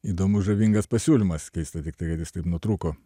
įdomus žavingas pasiūlymas keista tiktai kad jis taip nutrūko